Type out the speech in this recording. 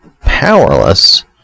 powerless